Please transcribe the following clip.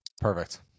Perfect